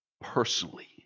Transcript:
personally